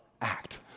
act